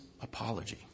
apology